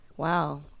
Wow